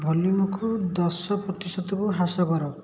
ଭଲ୍ୟୁମକୁ ଦଶ ପ୍ରତିଶତକୁ ହ୍ରାସ କର